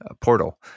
portal